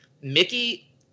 Mickey